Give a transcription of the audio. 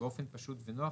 באופן פשוט ונוח.